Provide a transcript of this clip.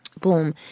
boom